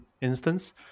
instance